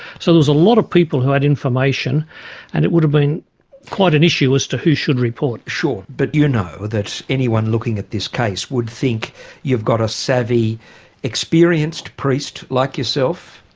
so there was a lot of people who had information and it would have been quite an issue as to who should report. sure, but you know that anyone looking at this case would think you've got a savvy experienced priest like yourself,